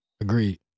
agreed